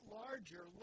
larger